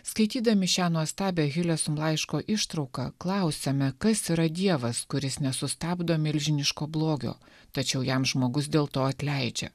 skaitydami šią nuostabią hilesum laiško ištrauką klausiame kas yra dievas kuris nesustabdo milžiniško blogio tačiau jam žmogus dėl to atleidžia